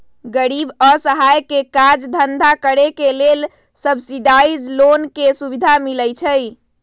गरीब असहाय के काज धन्धा करेके लेल सब्सिडाइज लोन के सुभिधा मिलइ छइ